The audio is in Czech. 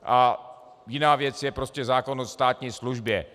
A jiná věc je prostě zákon o státní službě.